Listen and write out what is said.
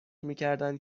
میکردند